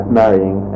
marrying